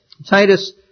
Titus